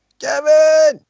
Kevin